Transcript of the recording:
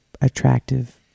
attractive